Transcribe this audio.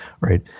Right